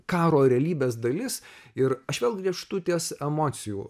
karo realybės dalis ir aš vėl grįžtu ties emocijų